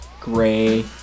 gray